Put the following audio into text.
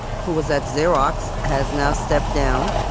who was at xerox, has now stepped down.